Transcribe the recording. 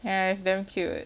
ya it's damn cute